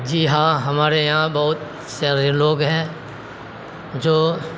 جی ہاں ہمارے یہاں بہت سارے لوگ ہیں جو